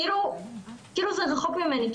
כאילו זה רחוק ממני,